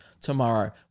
tomorrow